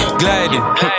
gliding